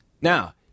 Now